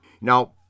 Now